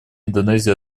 индонезии